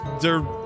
They're-